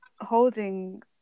holding